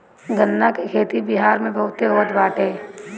गन्ना के खेती बिहार में बहुते होत बाटे